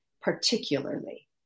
particularly